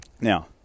Now